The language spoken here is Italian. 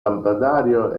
lampadario